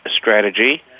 Strategy